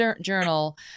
Journal